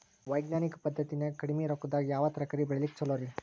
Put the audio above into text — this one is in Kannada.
ವೈಜ್ಞಾನಿಕ ಪದ್ಧತಿನ್ಯಾಗ ಕಡಿಮಿ ರೊಕ್ಕದಾಗಾ ಯಾವ ತರಕಾರಿ ಬೆಳಿಲಿಕ್ಕ ಛಲೋರಿ?